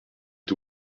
est